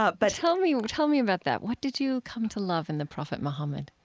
ah but tell me tell me about that. what did you come to love in the prophet muhammad?